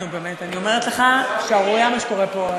אני אומרת לך, שערורייה מה שקורה פה,